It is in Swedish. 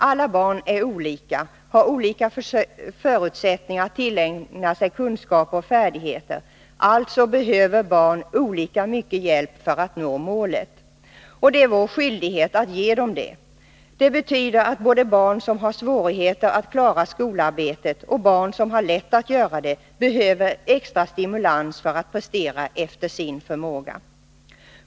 Alla barn är olika, har olika förutsättningar att tillägna sig kunskaper och färdigheter — alltså behöver barn olika mycket hjälp för att nå målet. Och det är vår skyldighet att ge dem det. Det betyder att både barn som har svårigheter att klara skolarbetet och barn som har lätt att göra det behöver extra stimulans för att prestera efter sin förmåga.